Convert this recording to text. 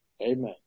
Amen